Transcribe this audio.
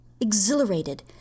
Exhilarated